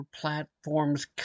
platforms